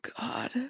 God